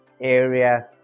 areas